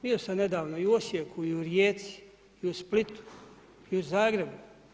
Bio sam nedavno i u Osijeku i u Rijeci i u Splitu i u Zagrebu.